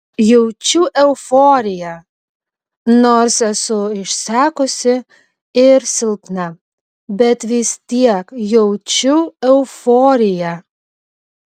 jaučiu euforiją nors esu išsekusi ir silpna bet vis tiek jaučiu euforiją